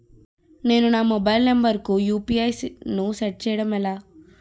నేను నా mobile number కుయు.పి.ఐ ను సెట్ చేయడం ఎలా?